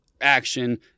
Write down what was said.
action